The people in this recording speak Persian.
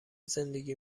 زندگی